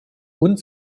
und